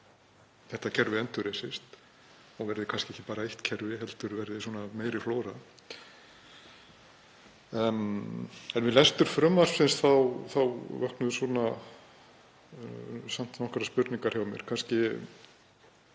þetta kerfi endurreisist og verði kannski ekki bara eitt kerfi heldur verði meiri flóra. Við lestur frumvarpsins vöknuðu samt nokkrar spurningar hjá mér en